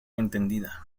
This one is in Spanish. entendida